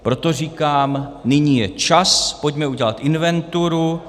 Proto říkám, nyní je čas, pojďme udělat inventuru.